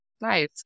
Nice